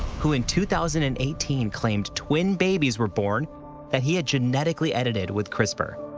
who in two thousand and eighteen claimed twin babies were born that he had genetically edited with crispr.